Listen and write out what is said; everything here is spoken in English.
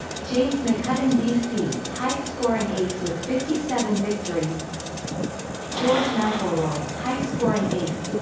james mccudden vc high scoring ace with fifty seven victories george mcelroy high scoring ace